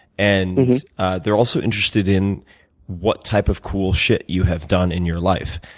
and they're also interested in what type of cool shit you have done in your life.